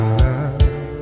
love